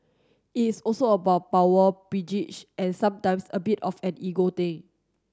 it is also about power and sometimes a bit of an ego thing